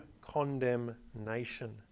condemnation